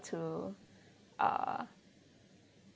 ~der to uh